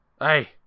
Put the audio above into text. Hey